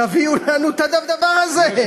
תביאו לנו את הדבר הזה?